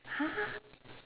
!huh!